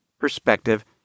perspective